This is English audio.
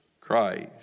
Christ